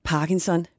Parkinson